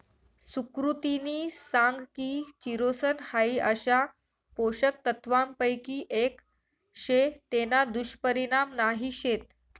सुकृतिनी सांग की चिरोसन हाई अशा पोषक तत्वांपैकी एक शे तेना दुष्परिणाम नाही शेत